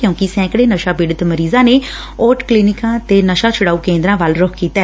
ਕਿਉਂਕਿ ਸੈਕੜੇ ਨਸ਼ਾ ਪੀੜਤ ਮਰੀਜ਼ਾਂ ਨੇ ਓਟ ਕਲੀਨਿਕਾਂ ਤੇ ਨਸ਼ਾ ਛੁਡਾਊਂ ਕੇਂਦਰਾਂ ਵੱਲ ਰੁਖ ਕੀਤੈ